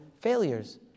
failures